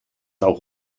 auch